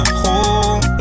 whole